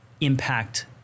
impact